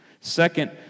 Second